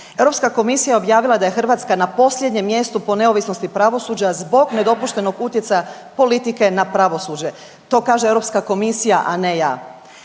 Europska komisija je objavila da je Hrvatska na posljednjem mjestu po neovisnosti pravosuđa zbog nedopuštenog utjecaja politike na pravosuđe, to kaže Europska komisija, a ne ja.